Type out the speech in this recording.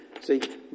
See